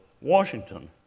Washington